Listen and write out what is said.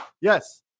yes